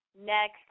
Next